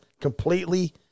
completely